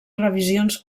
revisions